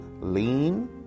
Lean